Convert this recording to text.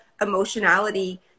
emotionality